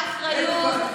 באחריות,